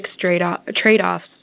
trade-offs